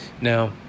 Now